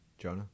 Jonah